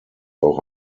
auch